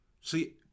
See